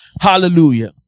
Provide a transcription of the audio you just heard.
hallelujah